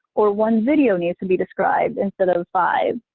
or one video needs to be described instead of five,